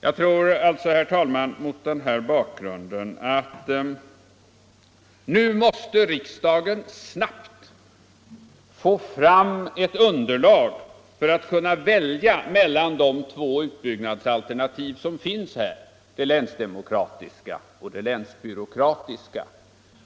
Jag tror, herr talman, mot den här bakgrunden att riksdagen nu snabbt måste få fram ett underlag för att kunna välja mellan de två utbyggnadsalternativ som finns: det länsdemokratiska och det länsbyråkratiska.